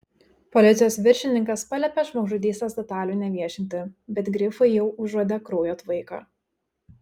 policijos viršininkas paliepė žmogžudystės detalių neviešinti bet grifai jau užuodė kraujo tvaiką